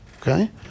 Okay